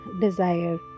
desire